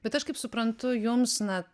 bet aš kaip suprantu jums na